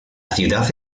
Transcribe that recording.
ciudad